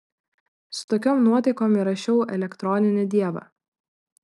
su tokiom nuotaikom įrašiau elektroninį dievą